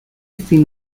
fin